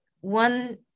one